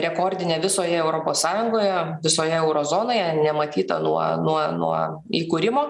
rekordinė visoje europos sąjungoje visoje euro zonoje nematyta nuo nuo nuo įkūrimo